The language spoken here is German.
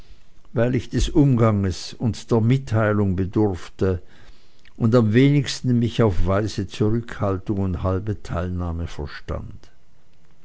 weil ich des umganges und der mitteilung bedurfte und am wenigsten mich auf weise zurückhaltung und halbe teilnahme verstand